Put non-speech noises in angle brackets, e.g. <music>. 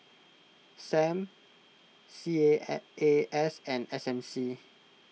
Sam C A <unintelligible> A S and S M C